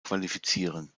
qualifizieren